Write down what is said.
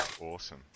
awesome